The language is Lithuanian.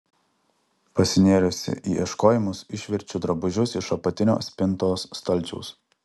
pasinėrusi į ieškojimus išverčiu drabužius iš apatinio spintos stalčiaus